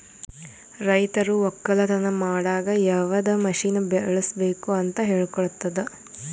ರೈತರು ಒಕ್ಕಲತನ ಮಾಡಾಗ್ ಯವದ್ ಮಷೀನ್ ಬಳುಸ್ಬೇಕು ಅಂತ್ ಹೇಳ್ಕೊಡ್ತುದ್